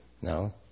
no